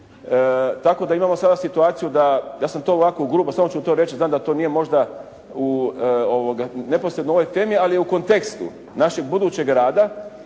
tako da imamo sada situaciju da, ja sam to ovako ugrubo, samo ću to reći znam da to nije možda neposredno u ovoj temi, ali je u kontekstu našeg budućeg rada